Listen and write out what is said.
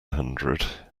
hundred